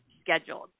scheduled